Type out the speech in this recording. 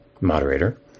moderator